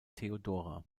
theodora